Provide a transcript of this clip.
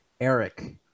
Eric